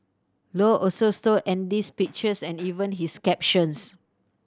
low also stole Andy's pictures and even his captions